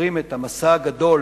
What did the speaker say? הזוכרים את המסע הגדול